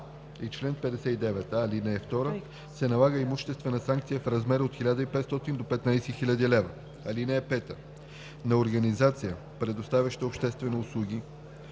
и чл. 59а, ал. 2, се налага имуществена санкция в размер от 1500 до 15 000 лв. (5) На организация, предоставяща обществени услуги,